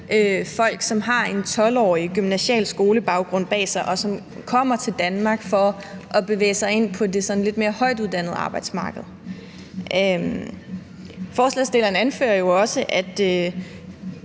folk, som har en 12-årig gymnasial skolebaggrund bag sig, og som kommer til Danmark for at bevæge sig ind på det sådan lidt mere højtuddannede arbejdsmarked. Forslagsstillerne anfører jo også, at